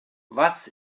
was